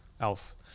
else